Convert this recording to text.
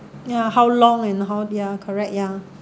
yeah how long and how ya correct ya